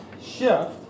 shift